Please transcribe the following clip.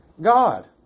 God